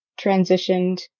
transitioned